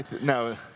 No